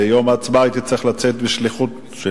ביום ההצבעה הייתי צריך לצאת בשליחות של